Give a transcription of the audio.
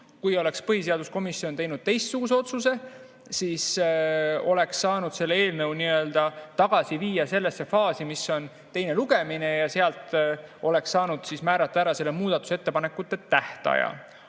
Kui oleks põhiseaduskomisjon teinud teistsuguse otsuse, siis oleks saanud viia selle eelnõu tagasi sellesse faasi, mis on teine lugemine, ja sel juhul oleks saanud määrata ära muudatusettepanekute tähtaja.